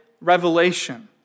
revelation